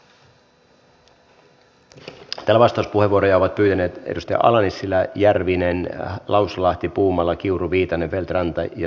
täällä vastauspuheenvuoroja ovat pyytäneet edustajat ala nissilä järvinen lauslahti puumala kiuru viitanen feldt ranta ja taavitsainen